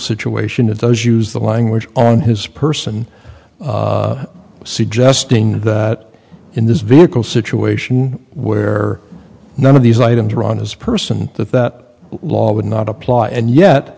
situation it does use the language on his person suggesting that in this vehicle situation where none of these items are on his person that that law would not apply and yet